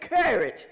courage